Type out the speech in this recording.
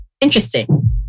Interesting